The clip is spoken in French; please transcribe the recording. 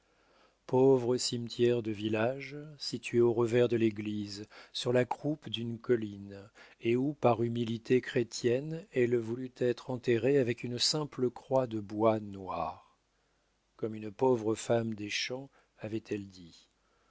pauvre cimetière de village situé au revers de l'église sur la croupe d'une colline et où par humilité chrétienne elle voulut être enterrée avec une simple croix de bois noir comme une pauvre femme des champs avait-elle dit